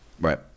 Right